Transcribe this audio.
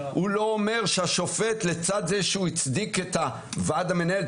הוא לא אומר שהשופט לצד זה שהוא הצדיק את הוועד המנהל,